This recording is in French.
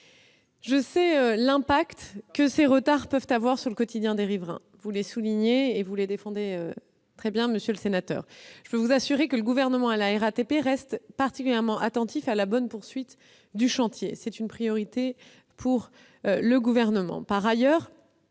Je sais l'impact que ces retards peuvent avoir sur le quotidien des riverains, monsieur le sénateur. Je peux vous assurer que le Gouvernement et la RATP restent particulièrement attentifs à la bonne poursuite du chantier. C'est une priorité pour le Gouvernement. Par ailleurs,